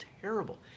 terrible